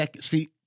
see